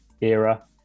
era